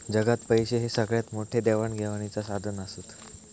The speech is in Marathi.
जगात पैशे हे सगळ्यात मोठे देवाण घेवाणीचा साधन आसत